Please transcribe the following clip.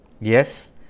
Yes